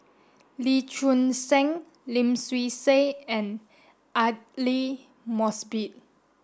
Lee Choon Seng Lim Swee Say and Aidli Mosbit